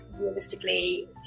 realistically